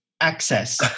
access